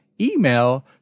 email